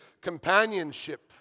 companionship